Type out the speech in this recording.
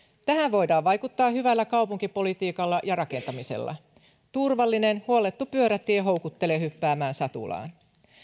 tähän voidaan vaikuttaa hyvällä kaupunkipolitiikalla ja rakentamisella turvallinen huollettu pyörätie houkuttelee hyppäämään satulaan